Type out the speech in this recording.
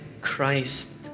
Christ